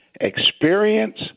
experience